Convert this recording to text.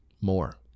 more